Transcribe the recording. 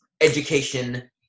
education